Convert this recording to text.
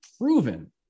proven